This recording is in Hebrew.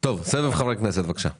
טוב, סבב חברי כנסת, בבקשה דוידסון.